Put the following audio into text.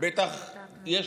בטח יש,